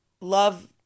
love